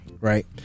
right